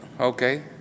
Okay